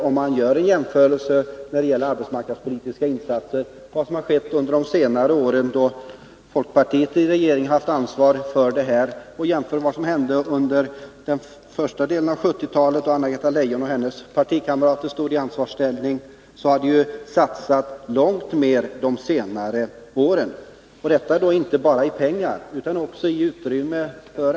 Om man jämför de arbetsmarknadspolitiska insatser som har gjorts under de år då folkpartiet har varit i regeringsställning med vad som hände under första delen av 1970-talet, då Anna-Greta Leijon och hennes partikamrater stod i ansvarsställning, finner man att det har satsats långt mer under de senare åren.